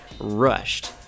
rushed